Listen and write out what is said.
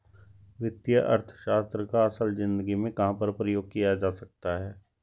वित्तीय अर्थशास्त्र का असल ज़िंदगी में कहाँ पर प्रयोग किया जा सकता है?